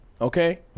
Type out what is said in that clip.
okay